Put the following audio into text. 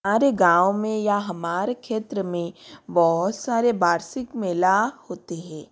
हमारे गाँव में या हमारे क्षेत्र में बहुत सारे वार्षिक मेले होते हैं